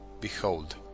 Behold